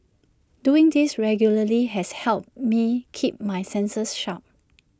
doing this regularly has helped me keep my senses sharp